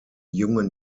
jungen